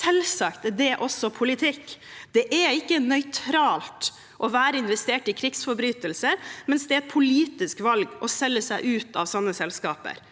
Selvsagt er det også politikk. Det er ikke nøytralt å være investert i krigsforbrytelser, mens det er et politisk valg å selge seg ut av sånne selskaper.